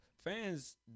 Fans